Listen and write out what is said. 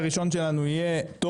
בבקשה,